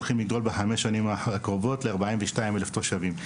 הולכים לגדול בחמש השנים הקרובות ל-42,000 תושבים.